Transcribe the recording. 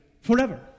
forever